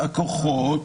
הפוליטי,